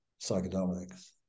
psychedelics